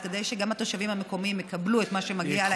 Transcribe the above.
אז כדי שגם התושבים המקומיים יקבלו את מה שמגיע להם,